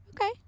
Okay